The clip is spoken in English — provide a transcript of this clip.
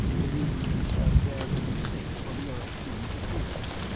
believing themselves there to be safe from european interference.